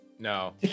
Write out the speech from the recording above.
No